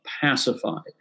pacified